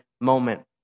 moment